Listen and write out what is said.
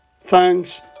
Thanks